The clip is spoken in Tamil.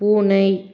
பூனை